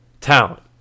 talent